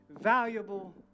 valuable